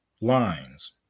lines